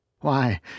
Why